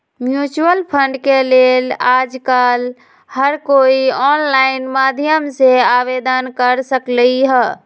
mutual fund के लेल आजकल हर कोई ऑनलाईन माध्यम से आवेदन कर सकलई ह